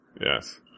Yes